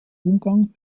umgang